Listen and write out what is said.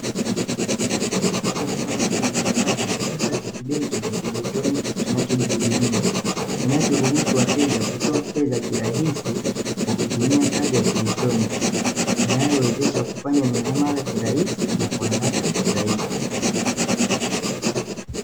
Mtu aliyesimama mbele ya kifaa cha kisasa cha kibenki cha kielektroniki kinachojihudumia, kinachoruhusu wateja kutoa fedha kirahisi kwa kutumia kadi ya kielektroniki, inayowezesha kufanya mihamala kirahisi na kwa haraka zaidi.